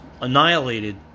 annihilated